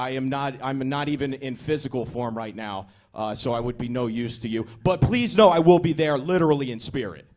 am not i'm not even in physical form right now so i would be no use to you but please know i will be there literally in spirit